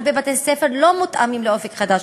הרבה בתי-ספר לא מותאמים ל"אופק חדש".